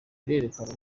bikerekana